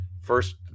first